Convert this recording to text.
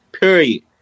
Period